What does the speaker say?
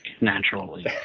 naturally